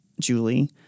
Julie